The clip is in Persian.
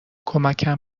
کمکم